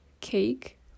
cake